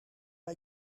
bij